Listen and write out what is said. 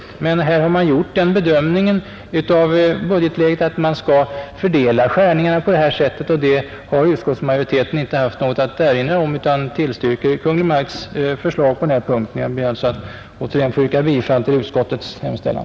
Här har emellertid Kungl. Maj:t gjort en bedömning av hur nedskärningarna skall fördelas med hänsyn till budgetläget, och den bedömningen har utskottsmajoriteten inte haft något att erinra emot utan tillstyrkt Kungl. Maj:ts förslag. Jag ber att återigen få yrka bifall till utskottets hemställan.